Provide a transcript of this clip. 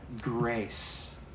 grace